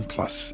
Plus